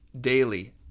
daily